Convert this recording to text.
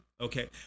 Okay